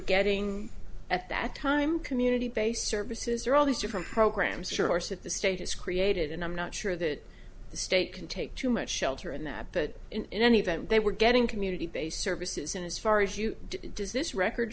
getting at that time community based services or all these different programs your that the state has created and i'm not sure that the state can take too much shelter in that but in any event they were getting community based services in as far as you do does this record